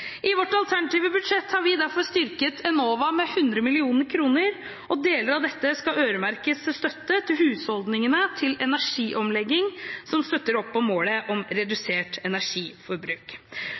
I vårt alternative budsjett har vi derfor styrket Enova med 100 mill. kr, og deler av dette skal øremerkes støtte til husholdningene til energiomlegging som støtter opp om målet om redusert energiforbruk.